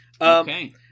Okay